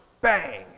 Bang